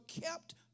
kept